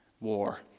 War